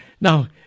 Now